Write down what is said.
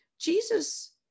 Jesus